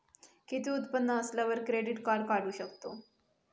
किती उत्पन्न असल्यावर क्रेडीट काढू शकतव?